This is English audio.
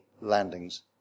landings